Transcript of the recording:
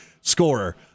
scorer